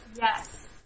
yes